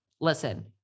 Listen